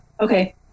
okay